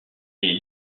est